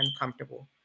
uncomfortable